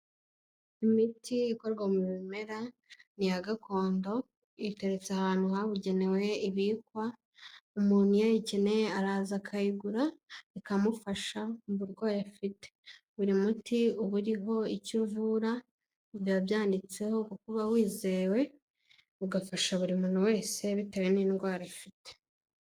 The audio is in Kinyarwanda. Imiti ikorwa mu bimera, ni iya gakondo, iteretse ahantu habugenewe ibikwa, umuntu iyo ayikeneye araza akayigura, ikamufasha mu burwayi afite, buri muti uba uriho icyo uvura, biba byanditseho kuko uba wizewe, ugafasha buri muntu wese bitewe n'indwara ufite.